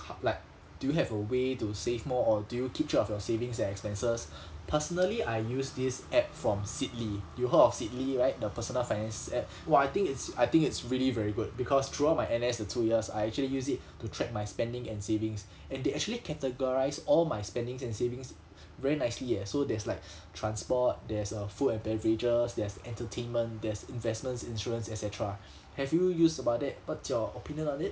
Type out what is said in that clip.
like do you have a way to save more or do you keep track of your savings and expenses personally I use this app from Seedly you heard of Seedly right the personal finance app !wah! I think it's I think it's really very good because throughout my N_S the two years I actually use it to track my spending and savings and they actually categorize all my spendings and savings very nicely ah so there's like transport there's uh food and beverages there's entertainment there's investments insurance et cetera have you used about it what's your opinion on it